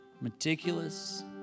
meticulous